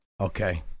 Okay